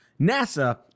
NASA